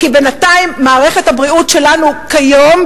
כי בינתיים מערכת הבריאות שלנו כיום,